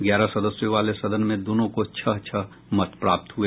ग्यारह सदस्यों वाले सदन में दोनों को छह छह मत प्राप्त हुए